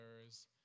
others